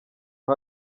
aho